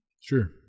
Sure